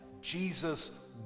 Jesus